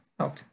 Okay